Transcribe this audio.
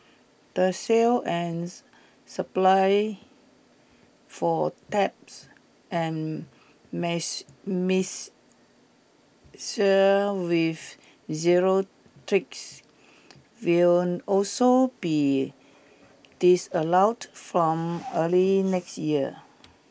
the sale and supply for taps and mixers with zero tricks will also be disallowed from early next year